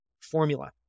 formula